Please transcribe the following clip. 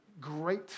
great